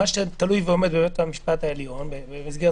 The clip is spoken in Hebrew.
מה שתלוי ועומד בבית המשפט העליון במסגרת